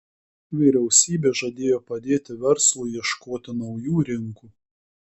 vyriausybė žadėjo padėti verslui ieškoti naujų rinkų